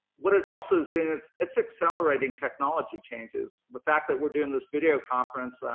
what it also is doing is it's accelerating technology changes. the fact that we're doing this video conference,